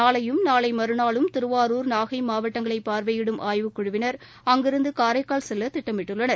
நாளையும் நாளை மறுநாளும் திருவாருர் நாகை மாவட்டங்களை பார்வையிடும் ஆய்வுக்குழுவினர் அங்கிருந்து காரைக்கால் செல்ல திட்டமிட்டுள்ளனர்